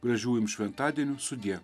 gražių jums šventadienių sudie